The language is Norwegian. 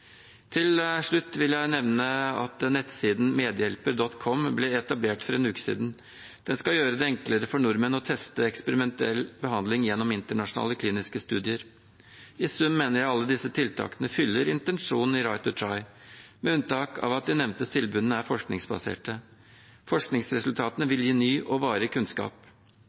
Til slutt vil jeg nevne at nettsiden medhjelper.com ble etablert for en uke siden. Den skal gjøre det enklere for nordmenn å teste eksperimentell behandling gjennom internasjonale kliniske studier. I sum mener jeg alle disse tiltakene fyller intensjonen i «right to try», med unntak av at de nevnte tilbudene er forskningsbaserte. Forskningsresultatene vil gi ny og varig kunnskap.